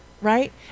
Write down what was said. right